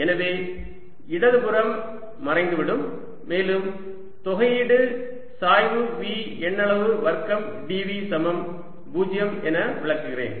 எனவே இடது புறம் மறைந்துவிடும் மேலும் தொகையீடு சாய்வு V எண்ணளவு வர்க்கம் dV சமம் 0 என விளக்குகிறேன்